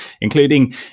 including